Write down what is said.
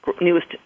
newest